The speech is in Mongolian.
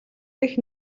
дэх